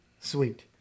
sweet